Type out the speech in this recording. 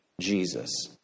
Jesus